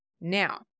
Now